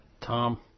Tom